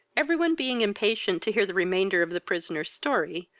every one being impatient to hear the remainder of the prisoner's story,